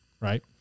right